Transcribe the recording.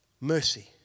mercy